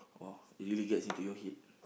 !wow! it really gets into your head